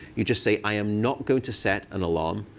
you just say, i am not going to set an alarm.